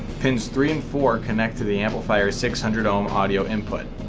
pins three and four connect to the amplifier six hundred ohm audio input.